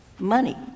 money